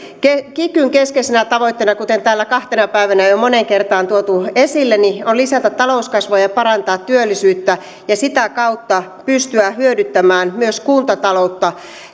kikyn keskeisenä tavoitteena kuten täällä kahtena päivänä jo moneen kertaan on tuotu esille on lisätä talouskasvua ja parantaa työllisyyttä ja sitä kautta pystyä hyödyttämään myös kuntataloutta